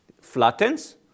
flattens